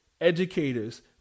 educators